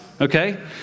okay